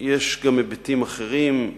יש גם היבטים אחרים,